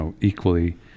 equally